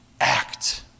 act